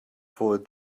for